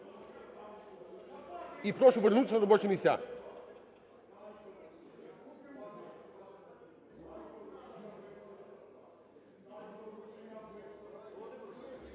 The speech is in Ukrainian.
І прошу вернутись на робочі місця.